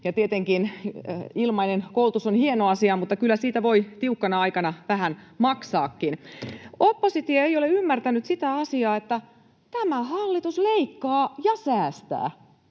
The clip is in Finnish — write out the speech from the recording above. Tietenkin ilmainen koulutus on hieno asia, mutta kyllä siitä voi tiukkana aikana vähän maksaakin. Oppositio ei ole ymmärtänyt sitä asiaa, että tämä hallitus leikkaa ja säästää.